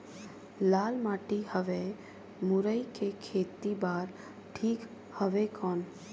लाल माटी हवे मुरई के खेती बार ठीक हवे कौन?